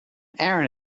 aaron